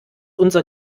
unser